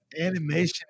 Animation